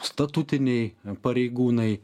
statutiniai pareigūnai